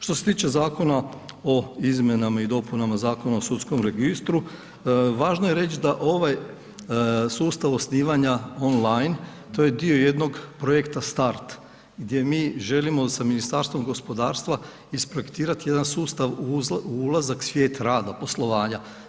Što se tiče Zakona o izmjenama i dopunama Zakona o sudskom registru, važno je reć da ovaj sustav osnivanja on line, to je dio jedan dio projekta start gdje mi želimo sa Ministarstvom gospodarstva isprojektirati jedan sustav u ulazak svijet rada, poslovanja.